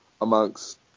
amongst